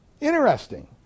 Interesting